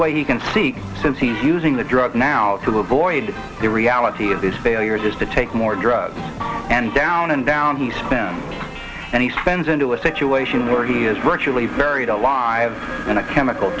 way he can seek since he's using the drug now to avoid the reality of his failures is to take more drugs and down and down he spends and he spends into a situation where he is virtually buried alive in a chemical